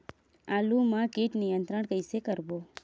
आलू मा कीट नियंत्रण कइसे करबो?